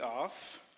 off